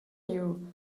you